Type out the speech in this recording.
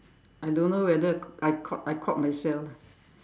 I don't know whether I caught I caught myself